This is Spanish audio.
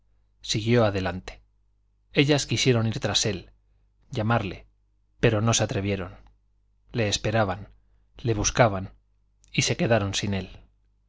siguió adelante ellas quisieron ir tras él llamarle pero no se atrevieron le esperaban le buscaban y se quedaron sin él